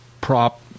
prop